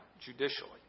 judicially